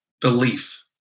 belief